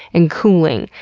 and cooling,